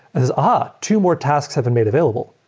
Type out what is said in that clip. says, ah! two more tasks have been made available.